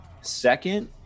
Second